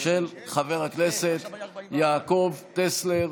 של חבר הכנסת יעקב טסלר.